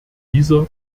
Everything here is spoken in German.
dieser